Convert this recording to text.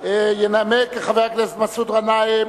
ינמק חבר הכנסת מסעוד גנאים.